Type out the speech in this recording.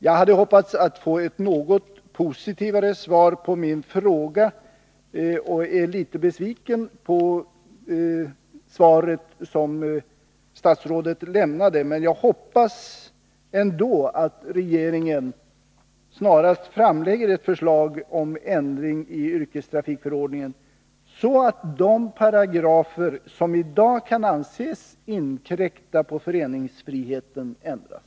Jag hade förväntat mig att få ett något positivare svar på min fråga och är litet besviken med anledning av det svar statsrådet lämnat, men jag hoppas ändå att regeringen snarast framlägger ett förslag om ändring i yrkestrafikförordningen, så att de paragrafer som i dag kan anses inkräkta på föreningsfriheten ändras.